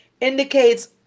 indicates